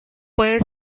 puede